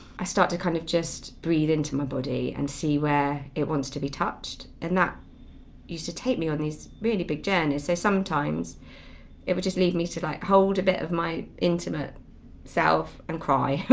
i start to kind of just breathe into my body and see where it wants to be touched and that used to take me on these really big journeys. so sometimes it would just leave me to like hold a bit of my intimate self and cry,